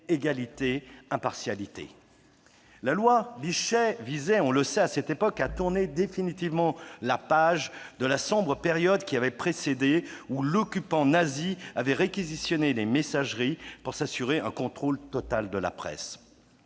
La loi Bichet visait- on le sait -à tourner définitivement la page de la sombre période qui avait précédé, où l'occupant nazi avait réquisitionné les messageries pour s'assurer un contrôle total de la presse.